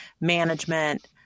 management